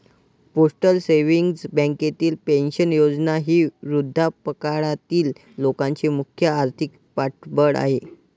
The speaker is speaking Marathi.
पोस्टल सेव्हिंग्ज बँकेची पेन्शन योजना ही वृद्धापकाळातील लोकांचे मुख्य आर्थिक पाठबळ आहे